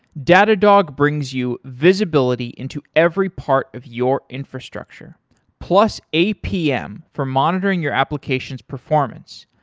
datadog brings you visibility into every part of your infrastructure plus apm for monitoring your application's performance.